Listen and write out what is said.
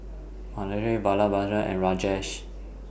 Mahade Vallabhbhai and Rajesh